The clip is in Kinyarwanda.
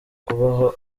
kubaho